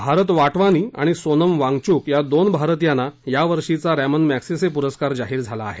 भारत वाटवानी आणि सोनम वांगचूक या दोन भारतीयांना या वर्षीचा रॅमन मॅगसेसे पुरस्कार जाहीर झाला आहे